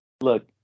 Look